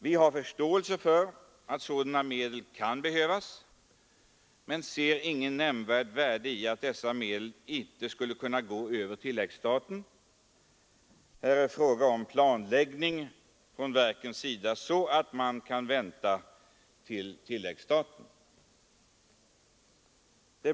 Vi har förståelse för att sådana medel kan behövas men ser inget nämnvärt värde i att de inte skulle gå över tilläggsstaten. Här blir det fråga om planläggning från verkens sida så att de kan vänta tills tilläggsstaten beviljats.